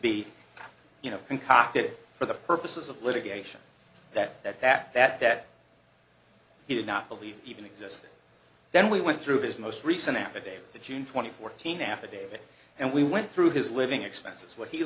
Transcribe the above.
be you know concocted for the purposes of litigation that that that that that he did not believe even existed then we went through his most recent amodeo the june twenty fourth team affidavit and we went through his living expenses where he